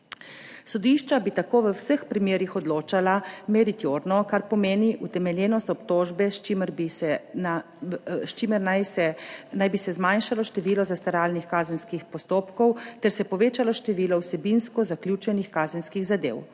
Sodišča bi tako v vseh primerih odločala meritorno, kar pomeni utemeljenost obtožbe, s čimer naj se zmanjšalo število zastaralnih kazenskih postopkov ter se povečalo število vsebinsko zaključenih kazenskih zadev.